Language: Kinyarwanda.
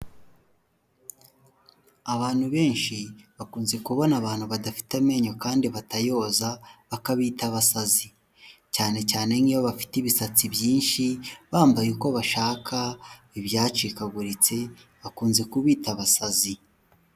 Abenshi bakunze kubona abantu badafite amenyo kandi batayoza bakabita abasazi, cyane cyane nk'iyo bafite ibisatsi byinshi, bambaye uko bashaka ibyacikaguritse, bakunze kubita abasazi.